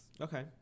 Okay